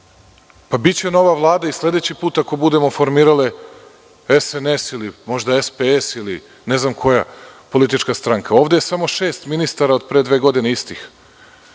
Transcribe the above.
Biće nova Vlada i sledeći put ako budemo formirali, SNS ili SPS ili ne znam koja politička stranka. Ovde je samo šest istih ministara od pre dve godine. Kažete